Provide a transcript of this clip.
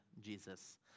Jesus